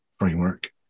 framework